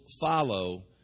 follow